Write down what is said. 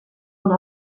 una